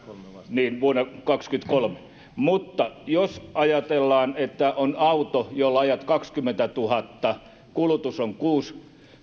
niin vuonna kaksikymmentäkolme mutta jos ajatellaan että on auto jolla ajat kaksikymmentätuhatta ja kulutus on kuusi